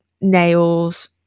nails